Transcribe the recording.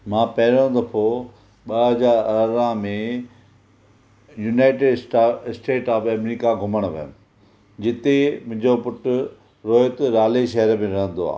मां पहिरों दफ़ो ॿ हज़ार अरिड़हा में यूनाइटेड स्टेट ऑफ अमेरिका घुमण वियुमि जिते मुंहिंजो पुटु रोहित राले शहर में रहंदो आहे